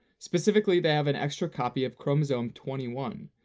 specifically they have an extra copy of chromosome twenty one,